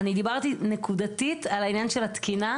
אני דיברתי נקודתית, על העניין של התקינה,